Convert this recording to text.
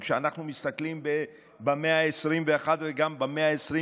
וכשאנחנו מסתכלים במאה ה-21 וגם במאה ה-20,